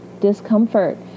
Discomfort